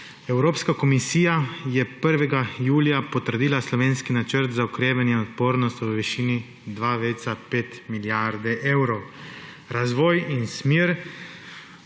Evropska komisija je 1. julija potrdila slovenski Načrt za okrevanje in odpornost v višini 2,5 milijarde evrov. Kam se